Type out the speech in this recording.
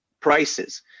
prices